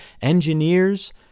engineers